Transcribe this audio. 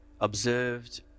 observed